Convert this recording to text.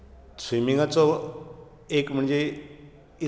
स्विमिंगाचो एक म्हणजे